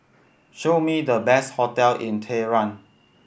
show me the best hotel in Tehran